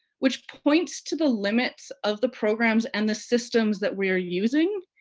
which points to the limits of the programs and the systems that we're using,